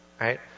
right